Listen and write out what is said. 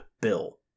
bill